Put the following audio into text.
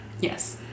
yes